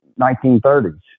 1930s